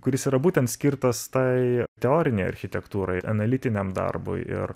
kuris yra būtent skirtas tai teorinei architektūrai analitiniam darbui ir